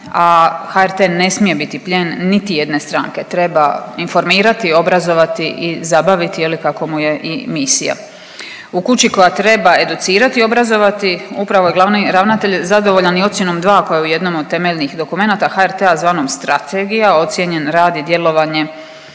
a HRT ne smije biti plijen niti jedne stranke. Treba informirati, obrazovati i zabaviti je li kako mu je i misija. U kući koja treba educirati, obrazovati upravo je glavni ravnatelj zadovoljan i ocjenom 2. koja je u jednom od temeljnih dokumenata HRT-a zvanom strategija ocijenjen rad i djelovanje